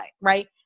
right